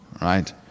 Right